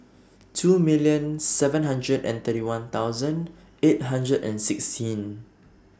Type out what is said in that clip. two million seven hundred and thirty one thousand eight hundred and sixteen